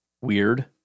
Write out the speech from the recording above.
weird